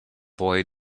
boy